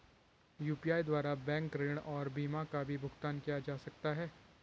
UPI द्वारा bank ऋण और बीमा का भी भुगतान किया जा सकता है?